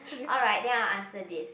alright then I'll answer this